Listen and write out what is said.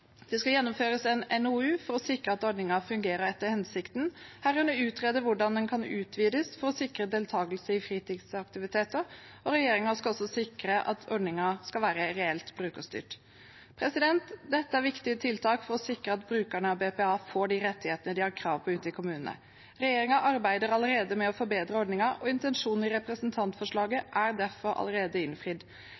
Det skal gjennomføres en NOU for å sikre at ordningen fungerer etter hensikten, herunder utrede hvordan den kan utvides for å sikre deltakelse i fritidsaktiviteter. Regjeringen skal også sikre at ordningen skal være reelt brukerstyrt. Dette er viktige tiltak for å sikre at brukerne av BPA får de rettighetene de har krav på ute i kommunene. Regjeringen arbeider allerede med å forbedre ordningen, og intensjonen i representantforslaget